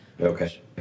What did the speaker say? okay